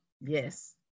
Yes